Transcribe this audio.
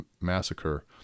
massacre